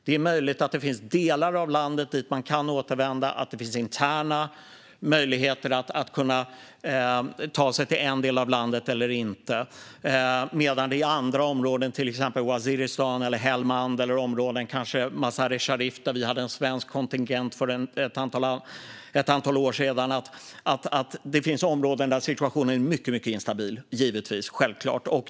Det är möjligt att det finns delar av landet dit man kan återvända och att det finns interna möjligheter att ta sig till en viss del av landet. Men det finns givetvis även områden där situationen är mycket instabil. Jag kan nämna områden som Waziristan, Helmand och kanske Mazar-e? Sharif, där vi hade en svensk kontingent för ett antal år sedan.